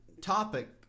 topic